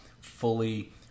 fully